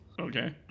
Okay